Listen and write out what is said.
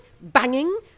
banging